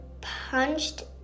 punched